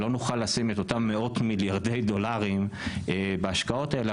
לא נוכל לשים את אותם מאות מיליארדי דולרים בהשקעות האלה,